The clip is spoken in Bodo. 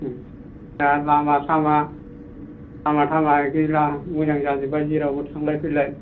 दा लामा सामा लामा सामा मोजां जाजोब थारबाय थांलाय फैलाय